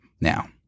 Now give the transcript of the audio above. now